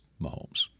Mahomes